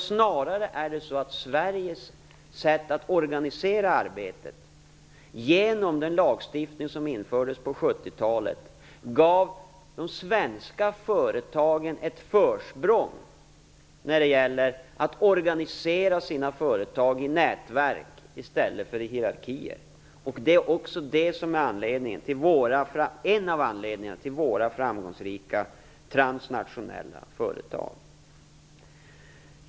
Snarare är det så att Sveriges sätt att organisera arbetet genom den lagstiftning som infördes på 70-talet gav de svenska företagen ett försprång när det gäller att organisera dem i nätverk i stället för i hierarkier. Detta är också en av anledningarna till våra framgångsrika transnationella företag.